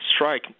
strike